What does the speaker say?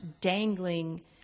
dangling